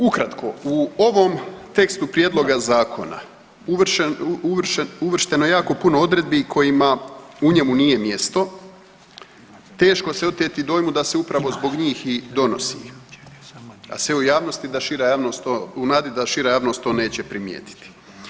Ukratko, u ovom tekstu prijedloga Zakona uvršteno je jako puno odredbi kojima u njemu nije mjesto, teško se oteti dojmu da se upravo zbog njih i donosi, a sve u jasnosti da šira javnost to, u nadi da šira javnost to neće primijetiti.